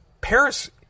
Paris